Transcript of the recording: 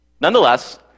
Nonetheless